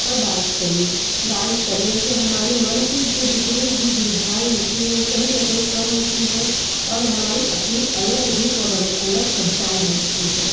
और डांस करिए डांस करने से हमारे मन की जो जितनी भी दुविधाएँ होती है वो कहीं न कहीं कम होती है और हमारी अपनी अलग रूप और अलग पहचान बनाती है